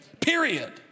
period